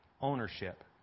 ownership